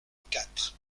quatre